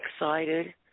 excited